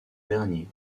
dernier